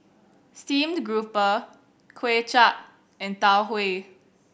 steamed grouper Kuay Chap and Tau Huay